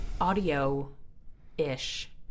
audio-ish